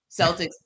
Celtics